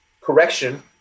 correction